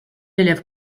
élève